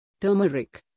Turmeric